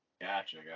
Gotcha